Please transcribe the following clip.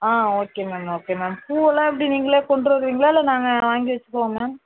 okay ma'am okay ma'am பூவெலாம் எப்படி நீங்களே கொண்டு வருவீங்களா இல்லை நாங்கள் வாங்கி வச்சிக்கவா மேம்